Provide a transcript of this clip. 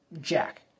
Jack